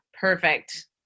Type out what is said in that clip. perfect